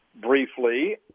briefly